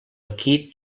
aquí